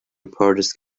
reporters